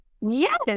yes